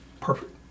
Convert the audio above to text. Perfect